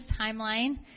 timeline